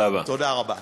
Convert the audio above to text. תודה רבה.